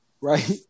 right